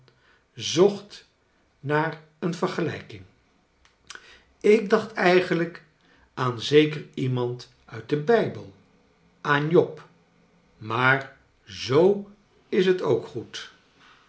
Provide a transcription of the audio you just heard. zocht naar een vergelijking ik dacht eigenlijk aan zeker iemand uit den bijbel aan job maar zoo is t ook goed